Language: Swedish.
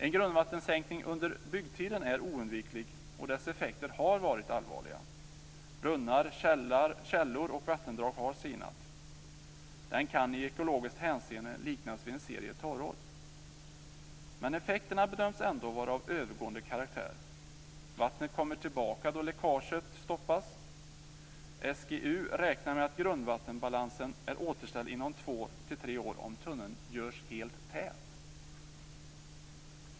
En grundvattensänkning under byggtiden är oundviklig och dess effekter har varit allvarliga. Brunnar, källor och vattendrag har sinat. Den kan i ekologiskt hänseende liknas vid en serie torrår. Men effekterna bedöms ändå vara av övergående karaktär. Vattnet kommer tillbaka då läckaget stoppas. SGU räknar med att grundvattenbalansen är återställd inom två till tre år om tunneln görs helt tät.